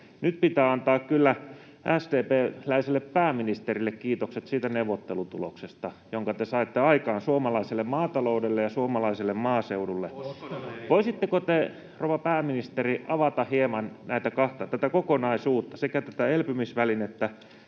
Nyt pitää antaa kyllä SDP:läiselle pääministerille kiitokset siitä neuvottelutuloksesta, jonka te saitte aikaan suomalaiselle maataloudelle ja suomalaiselle maaseudulle. Voisitteko te, rouva pääministeri, avata hieman tätä kokonaisuutta, sekä tätä elpymisvälinettä